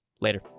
Later